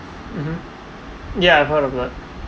mmhmm yeah I heard of it